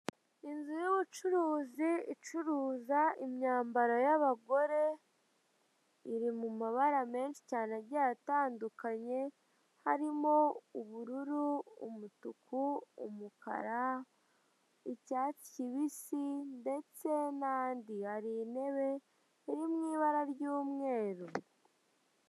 Inzu y'ubucuruzi icuruza imyambaro y'abagore, iri mu mabara menshi cyane agiye atandukanye, harimo ubururu, umutuku, umukara, icyatsi kibisi ndetse n'andi, hari intebe iri mu ibara ry'umweru.